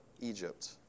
Egypt